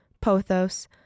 pothos